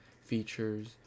features